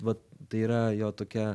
vat tai yra jo tokia